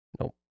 Nope